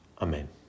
Amen